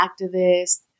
activists